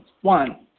One